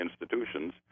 institutions